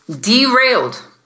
derailed